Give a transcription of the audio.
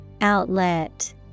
Outlet